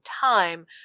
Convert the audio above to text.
time